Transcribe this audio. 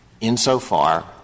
insofar